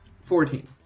Fourteen